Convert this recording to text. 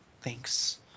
Thanks